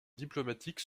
diplomatique